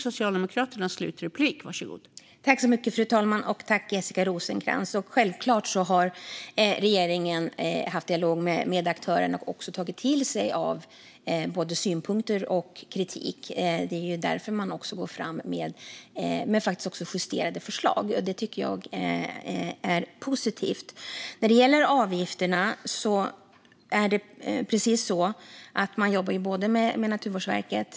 Fru talman! Självklart har regeringen haft dialog med aktörerna och tagit till sig av synpunkter och kritik. Det är också därför man går fram med justerade förslag, något som jag tycker är positivt. När det gäller avgifterna jobbar man med Naturvårdsverket.